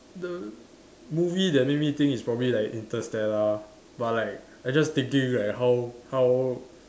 the movie that made me think it's probably like Interstellar but like I just thinking like how how